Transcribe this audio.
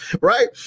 right